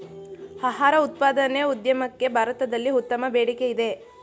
ಆಹಾರ ಉತ್ಪಾದನೆ ಉದ್ಯಮಕ್ಕೆ ಭಾರತದಲ್ಲಿ ಉತ್ತಮ ಬೇಡಿಕೆಯಿದೆ